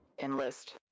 Enlist